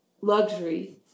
luxury